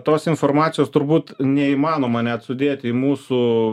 tos informacijos turbūt neįmanoma net sudėti į mūsų